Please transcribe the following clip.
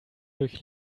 durch